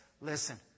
listen